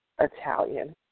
Italian